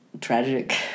tragic